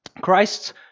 Christ's